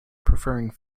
preferring